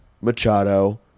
Machado